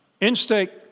Instinct